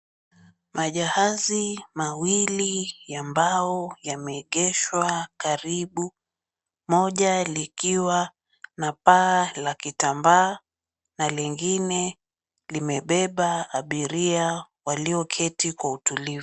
Majahazi mawili ya mbao yameegeshwa karibu. Moja likiwa na paa la kitambaa na lingine limebeba abiria walioketi kwa utulivu.